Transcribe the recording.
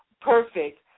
perfect